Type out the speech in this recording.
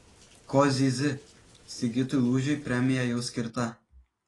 ko zyzi sigitui lūžiui premija jau skirta